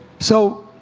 so